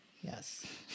Yes